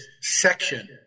section